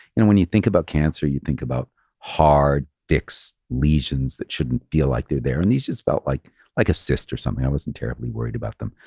and when you think about cancer, you think about hard, fix lesions that shouldn't be like they're there. and these just felt like like a cyst or something. i wasn't terribly worried about them,